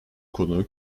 konuğu